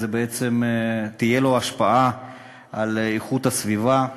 בעצם תהיה לו השפעה על איכות הסביבה,